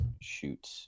Shoot